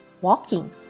walking